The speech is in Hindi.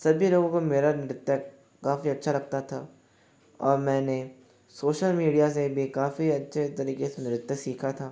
सभी लोगों को मेरा नृत्य काफ़ी अच्छा लगता था और मैंने सोशल मीडिया से भी काफ़ी अच्छे तरीके से सीखा था